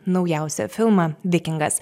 naujausią filmą vikingas